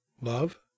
love